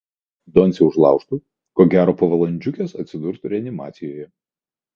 jeigu jį doncė užlaužtų ko gero po valandžiukės atsidurtų reanimacijoje